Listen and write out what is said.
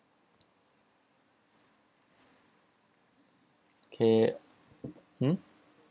kay hmm